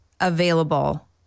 available